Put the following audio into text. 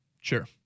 Sure